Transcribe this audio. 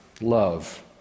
Love